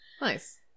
Nice